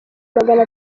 magana